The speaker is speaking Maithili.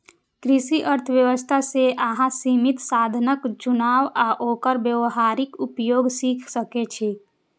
कृषि अर्थशास्त्र सं अहां सीमित साधनक चुनाव आ ओकर व्यावहारिक उपयोग सीख सकै छी